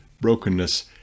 brokenness